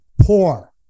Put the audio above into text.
poor